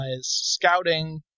scouting